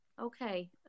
Okay